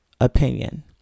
opinion